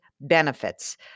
benefits